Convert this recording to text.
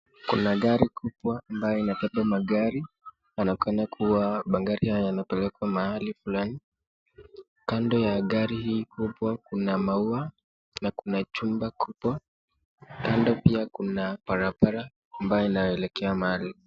Kuna gari kubwa ambayo inabeba magari. Kuonekana kuwa magari haya yanapelekwa mahali fulani. Kando ya gari hii kubwa kuna maua na kuna jumba kubwa . Kando pia kuna barabara ambayo inaelekea mahali.